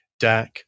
DAC